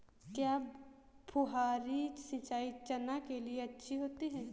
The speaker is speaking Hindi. क्या फुहारी सिंचाई चना के लिए अच्छी होती है?